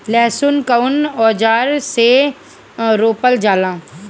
लहसुन कउन औजार से रोपल जाला?